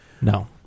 no